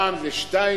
פעם זה שטייניץ,